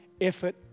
effort